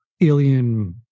alien